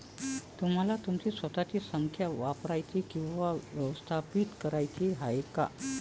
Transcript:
तुम्हाला तुमची स्वतःची संख्या वापरायची किंवा व्यवस्थापित करायची आहे का?